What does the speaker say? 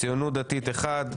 הציונות הדתית אחד,